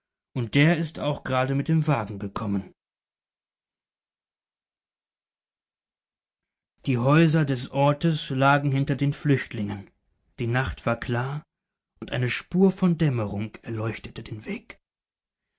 und der ist auch gerade mit dem wagen gekommen die häuser des ortes lagen hinter den flüchtlingen die nacht war klar und eine spur von dämmerung erleuchtete den weg